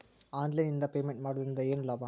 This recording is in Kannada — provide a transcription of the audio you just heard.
ಆನ್ಲೈನ್ ನಿಂದ ಪೇಮೆಂಟ್ ಮಾಡುವುದರಿಂದ ಏನು ಲಾಭ?